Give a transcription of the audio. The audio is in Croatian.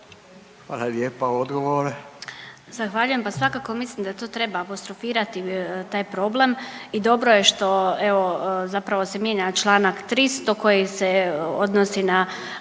Hvala lijepa. Odgovor.